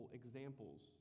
examples